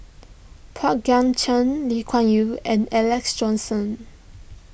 Pang Guek Cheng Lee Kuan Yew and Alex Johnson